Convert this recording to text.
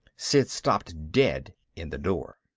sid stopped dead in the door.